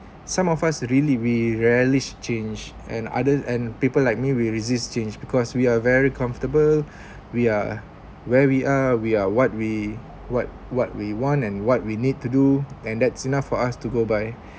some of us really we relish change and others and people like me we resist change because we are very comfortable we are where we are we are what we what what we want and what we need to do and that's enough for us to go by